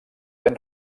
ben